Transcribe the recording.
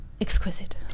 exquisite